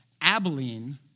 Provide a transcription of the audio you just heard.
Abilene